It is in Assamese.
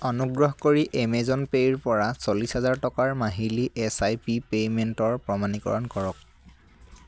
অনুগ্ৰহ কৰি এমেজন পে'ৰপৰা চল্লিছ হেজাৰ টকাৰ মাহিলী এছ আই পি পে'মেণ্টৰ প্ৰমাণীকৰণ কৰক